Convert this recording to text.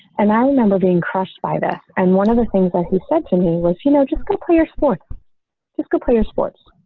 and i remember being crushed by this. and one of the things that he said to me was, you know, just complete your sport just complete your sports.